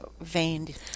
Veined